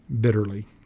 bitterly